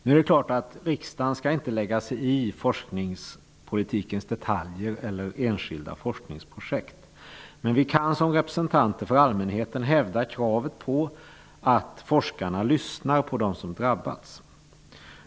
Det är klart att riksdagen inte skall lägga sig i forskningspolitikens detaljer eller enskilda forskningsprojekt. Men vi kan som representanter för allmänheten hävda kravet på att forskarna lyssnar på dem som drabbats.